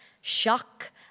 Shock